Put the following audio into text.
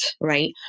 right